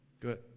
Good